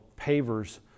pavers